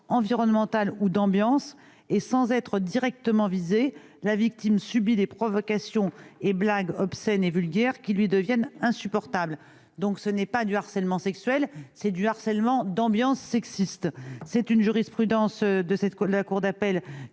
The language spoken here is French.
environnemental ou d'ambiance. Sans être directement visée, la victime subit les provocations et blagues obscènes et vulgaires qui lui deviennent insupportables. Ce n'est pas du harcèlement sexuel, mais du harcèlement d'ambiance sexiste. L'Assemblée nationale